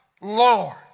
Lord